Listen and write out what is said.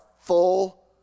full